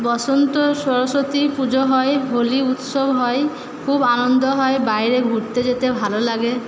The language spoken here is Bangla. বসন্ত সরস্বতী পুজো হয় হোলি উৎসব হয় খুব আনন্দ হয় বাইরে ঘুরতে যেতে ভালো লাগে